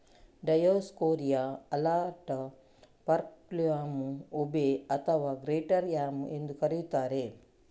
Dioscorea alata, purple yam, ube ಅಥವಾ greater yam ಎಂದೂ ಕರೆಯುತ್ತಾರೆ